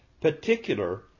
particular